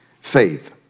faith